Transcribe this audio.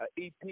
EP